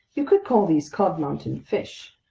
you could call these cod mountain fish.